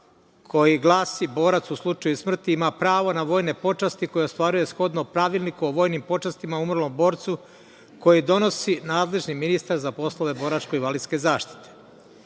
koji glasi: „Borac u slučaju smrti ima pravo na vojne počasti koje ostvaruje shodno Pravilniku o vojnim počastima umrlom borcu koji donosi nadležni ministar za poslove boračko-invalidske zaštite“.Tu